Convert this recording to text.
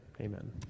Amen